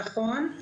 נכון.